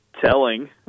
telling